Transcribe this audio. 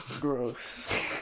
gross